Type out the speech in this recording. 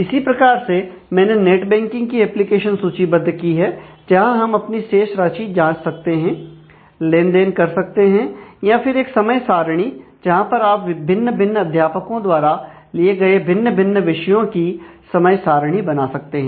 इसी प्रकार से मैंने नेट बैंकिंग की एप्लीकेशन सूचीबद्ध की है जहां हम अपनी शेष राशि जांच सकते हैं लेन देन कर सकते हैं या फिर एक समय सारणी जहां पर आप भिन्न भिन्न अध्यापकों द्वारा लिए गए भिन्न भिन्न विषयों की समय सारणी बना सकते हैं